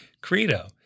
credo